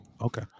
Okay